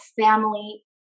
family